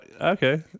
Okay